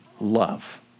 love